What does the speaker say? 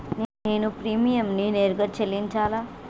నేను ప్రీమియంని నేరుగా చెల్లించాలా?